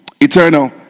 Eternal